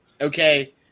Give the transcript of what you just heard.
Okay